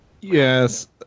Yes